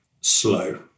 slow